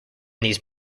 these